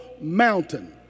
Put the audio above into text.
mountain